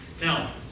now